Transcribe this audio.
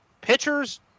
pitchers